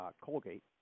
Colgate